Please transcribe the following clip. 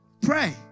Pray